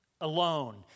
alone